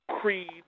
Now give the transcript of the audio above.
creed